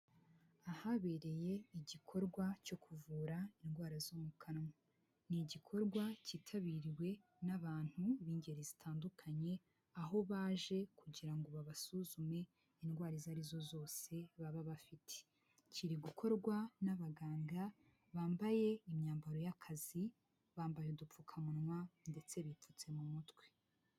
Ahabereye igikorwa cyo kuvura indwara zo mu kanwa, ni igikorwa cyitabiriwe n'abantu b'ingeri zitandukanye, aho baje kugira ngo babasuzume indwara izo arizo zose baba bafite kiri gukorwa n'abaganga bambaye imyambaro y'akazi, bambaye udupfukamunwa, ndetse bipfutse mu mutwe.